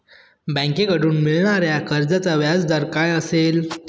बँकेकडून मिळणाऱ्या कर्जाचा व्याजदर काय असेल?